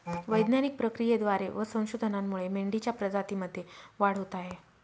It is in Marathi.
वैज्ञानिक प्रक्रियेद्वारे व संशोधनामुळे मेंढीच्या प्रजातीमध्ये वाढ होत आहे